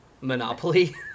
Monopoly